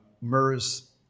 MERS